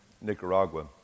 Nicaragua